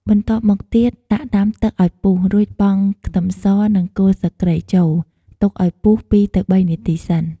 បន្ទាប់មកទៀត ដាក់ដាំទឹកអោយពុះ រួចបង់ខ្ទឹមស និងគល់ស្លឹកគ្រៃចូល ទុកឱ្យពុះ២ទៅ៣នាទីសិន។